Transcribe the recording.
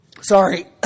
Sorry